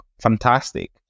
Fantastic